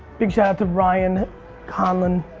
big shout out to ryan conlin.